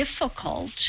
difficult